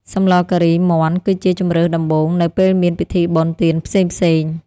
សម្លការីមាន់គឺជាជម្រើសដំបូង នៅពេលមានពិធីបុណ្យទានផ្សេងៗ។